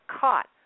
caught